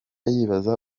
yibaza